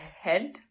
head